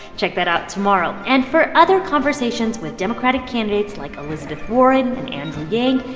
check that out tomorrow. and for other conversations with democratic candidates like elizabeth warren and andrew yang,